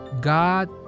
god